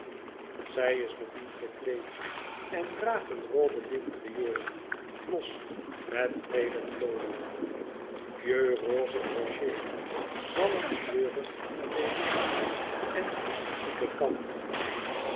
zij is nog niet gekleed en draagt een robe d'intérieur los met vele plooien vieux roze broché zalmkleurig peluche en antieke kant